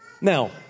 Now